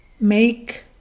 make